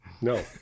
No